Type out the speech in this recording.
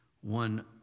one